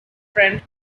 friend